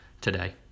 today